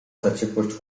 zaciekłość